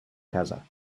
casa